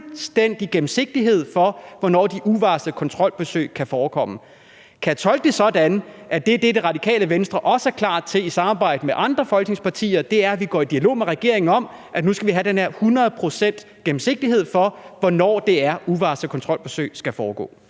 gennemsigtighed for, hvornår de uvarslede kontrolbesøg kan forekomme. Kan jeg tolke det sådan, at det er det, Det Radikale Venstre også er klar til i samarbejde med andre af Folketingets partier? Altså at vi går i dialog med regeringen om, at nu skal vi have den her hundrede procents gennemsigtighed for, hvornår det er, uvarslede kontrolbesøg skal foregå.